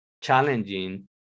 challenging